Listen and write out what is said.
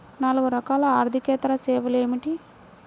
నాలుగు రకాల ఆర్థికేతర సేవలు ఏమిటీ?